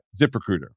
ZipRecruiter